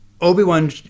Obi-Wan